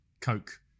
coke